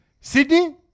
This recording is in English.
Sydney